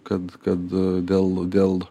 kad kad dėl dėl